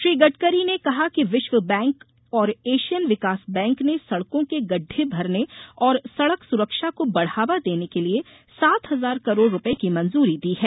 श्री गडकरी ने कहा कि विश्व बैंक और ऐशियन विकास बैंक ने सड़कों के गड्ढे भरने और सड़क सुरक्षा को बढ़ावा देने के लिए सात हजार करोड़ रुपये की मंजूरी दी है